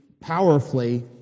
powerfully